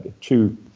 two